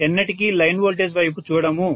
మనము ఎన్నటికీ line voltage వైపు చూడము